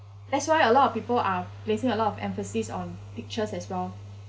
that's why a lot of people are placing a lot of emphasis on pictures as well